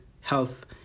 health